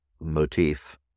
motif